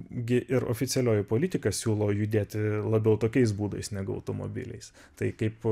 gi ir oficialioji politika siūlo judėti labiau tokiais būdais negu automobiliais tai kaip